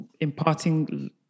imparting